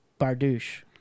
Bardouche